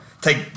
take